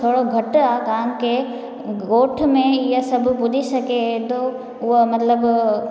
थोरो घटि आहे कोन की ॻोठ में इहे सभु पूॼी सघे एॾो उहा मतिलबु